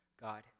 God